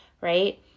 right